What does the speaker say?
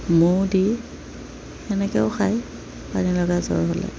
মৌ দি তেনেকৈও খায় পানী লগা জ্বৰ হ'লে